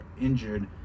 injured